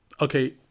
Okay